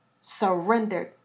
surrendered